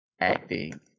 Acting